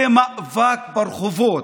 זה מאבק ברחובות,